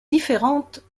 différentes